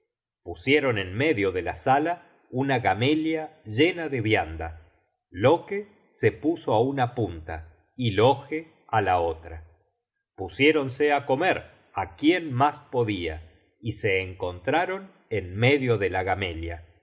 pusieron en medio de la sala una gamella llena de vianda loke se puso á una punta y loge á la otra pusiéronse á comer á quien mas podia y se encontraron en medio de la gamella